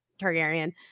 Targaryen